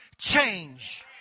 change